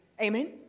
Amen